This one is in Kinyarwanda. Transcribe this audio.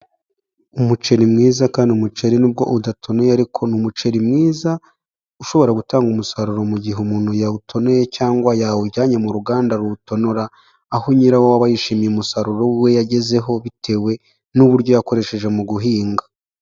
Umuceri mwiza kandi umuceri nubwo udatonoye ariko ni umuceri mwiza ushobora gutanga umusaruro mu gihe umuntu yawutoye, cyangwa yawujyanye mu ruganda ruwutonora, aho nyirawo aba yishimiye umusaruro we yagezeho bitewe n'uburyo yakoresheje mu guhinga.